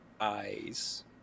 eyes